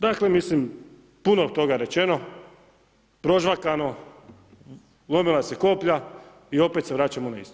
Dakle, mislim puno je toga rečeno, prožvakano, lomila se koplja i opet se vračamo na isto.